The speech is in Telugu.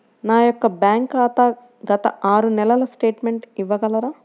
నా యొక్క బ్యాంక్ ఖాతా గత ఆరు నెలల స్టేట్మెంట్ ఇవ్వగలరా?